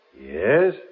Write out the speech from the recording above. Yes